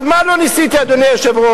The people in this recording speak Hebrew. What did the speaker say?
מה לא ניסיתי, אדוני היושב-ראש.